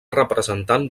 representant